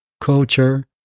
culture